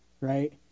Right